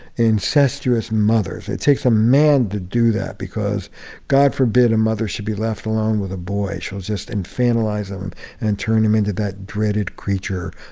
incestuous mothers. it takes a man to do that because god forbid a mother should be left alone with a boy. she'll just infantilize him and turn him into that dreaded creature,